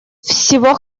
всего